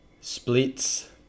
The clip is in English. splits